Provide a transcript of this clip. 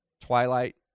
Twilight